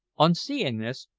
on seeing this,